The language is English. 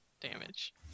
damage